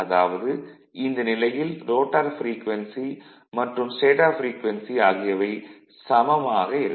அதாவது இந்த நிலையில் ரோட்டார் ப்ரீக்வென்சி மற்றும் ஸ்டேடார் ப்ரீக்வென்சி ஆகியவை சமமாக இருக்கும்